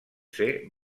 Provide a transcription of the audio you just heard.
ser